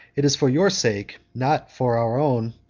it is for your sake, not for our own,